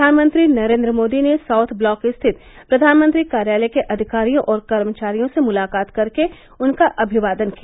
प्रधानमंत्री नरेंद्र मोदी ने South Block स्थित प्रधानमंत्री कार्यालय के अधिकारियों और कर्मचारियों से मुलाकात कर के उनका अभिवादन किया